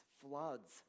floods